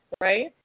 right